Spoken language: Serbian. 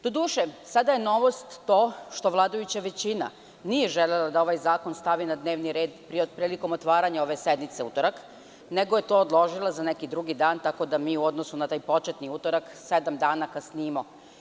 Doduše, sada je novost to što vladajuća većina nije želela da ovaj zakon stavi na dnevni red prilikom otvaranja ove sednice u utorak, nego je to odložila za neki drugi dan, tako da mi, u odnosu na taj početni utorak, sedam dana kasnimo.